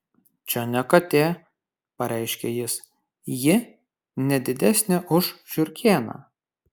čia ne katė pareiškė jis ji ne didesnė už žiurkėną